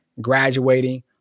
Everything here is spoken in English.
graduating